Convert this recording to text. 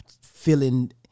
feeling